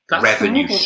revenue